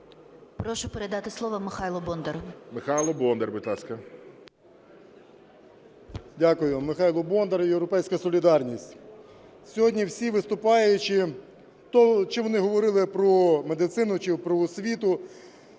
Прошу передати слово Михайлу Бондарю.